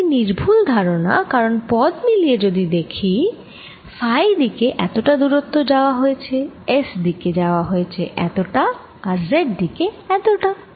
এটি নির্ভুল ধারণা কারণ পদ মিলিয়ে যদি দেখ ফাই দিকে এতটা দুরত্ব যাওয়া হয়েছে S দিকে যাওয়া হয়েছে এতটা আর Z দিকে এতটা